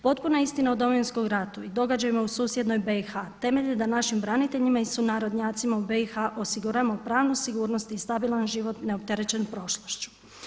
Potpuna istina o Domovinskom ratu i događajima u susjednoj BiH temelj je da našim braniteljima i sunarodnjacima u BiH osiguramo pravnu sigurnost i stabilan život neopterećen prošlošću.